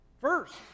First